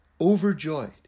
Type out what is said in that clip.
overjoyed